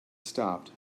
stopped